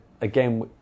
again